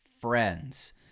friends